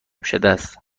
شدهست